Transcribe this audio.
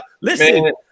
Listen